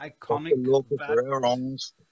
iconic